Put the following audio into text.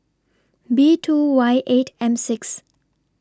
B two Y eight M six